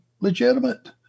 legitimate